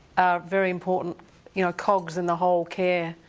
are very important you know cogs in the whole care,